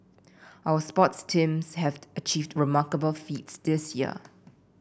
our sports teams have achieved remarkable feats this year